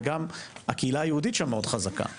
וגם הקהילה היהודית שם חזקה מאוד,